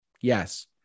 Yes